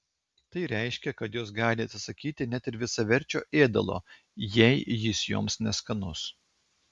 tai reiškia kad jos gali atsisakyti net ir visaverčio ėdalo jei jis joms neskanus